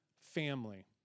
family